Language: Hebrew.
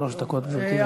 שלוש דקות, גברתי.